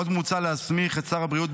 עוד מוצע להסמיך את שר הבריאות,